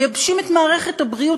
מייבשים את מערכת הבריאות,